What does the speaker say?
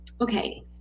okay